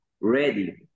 ready